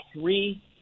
three